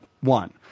One